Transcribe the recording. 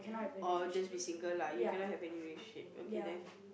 or just visit girl lah you cannot have any relationship okay then